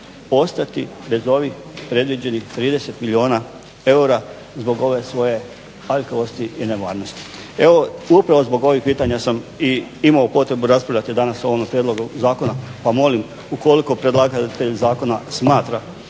ostati bez ovih predviđenih 30 milijuna eura zbog ove svoje aljkavosti i nemarnosti? Evo upravo zbog ovih pitanja sam i imao potrebu raspravljati danas o ovom prijedlogu zakona pa molim ukoliko predlagatelj zakona smatra